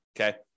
Okay